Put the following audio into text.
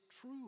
true